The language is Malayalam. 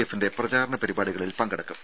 എഫിന്റെ പ്രചാരണ പരിപാടികളിൽ പങ്കെടുക്കും